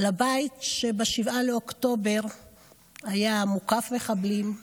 לבית שב-7 באוקטובר היה מוקף מחבלים.